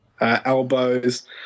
elbows